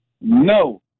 No